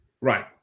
Right